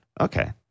Okay